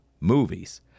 movies